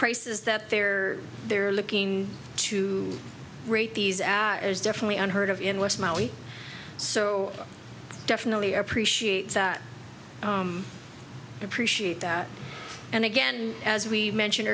prices that they are they're looking to rate these as definitely unheard of in west maui so definitely appreciate that appreciate that and again as we mentioned